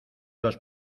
dos